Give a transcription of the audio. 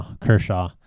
Kershaw